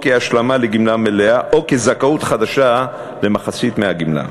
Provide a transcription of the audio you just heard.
או כהשלמה לגמלה מלאה או כזכאות חדשה למחצית הגמלה.